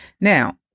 Now